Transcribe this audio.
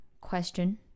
question